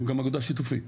הם גם אגודה שיתופית,